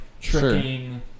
tricking